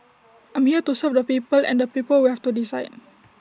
I'm here to serve the people and the people will have to decide